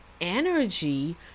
energy